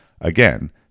Again